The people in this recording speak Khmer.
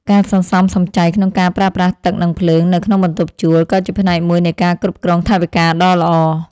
ការសន្សំសំចៃក្នុងការប្រើប្រាស់ទឹកនិងភ្លើងនៅក្នុងបន្ទប់ជួល ក៏ជាផ្នែកមួយនៃការគ្រប់គ្រងថវិកាដ៏ល្អ។